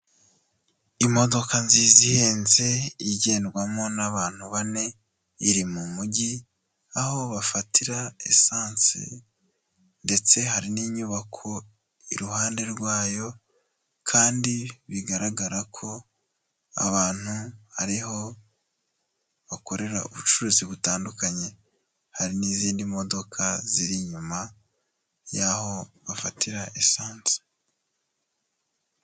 Imodoka nziza ihenze igendwamo n'abantu bane, iri mu mujyi aho bafatira esanse ndetse hari n'inyubako iruhande rwayo kandi bigaragara ko abantu ariho bakorera ubucuruzi butandukanye, hari n'izindi modoka ziri inyuma yaho bafatira esanse.